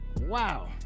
Wow